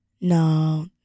No